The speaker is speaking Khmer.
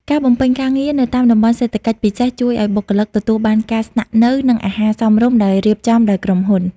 ការបំពេញការងារនៅតាមតំបន់សេដ្ឋកិច្ចពិសេស ជួយឱ្យបុគ្គលិកទទួលបានការស្នាក់នៅ និងអាហារសមរម្យដែលរៀបចំដោយក្រុមហ៊ុន។